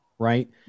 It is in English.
Right